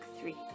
three